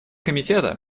комитета